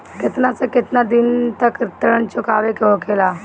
केतना से केतना दिन तक ऋण चुकावे के होखेला?